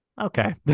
Okay